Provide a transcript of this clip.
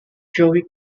joey